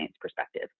perspective